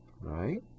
right